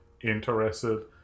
interested